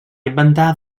inventar